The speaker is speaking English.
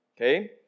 Okay